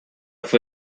fue